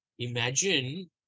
imagine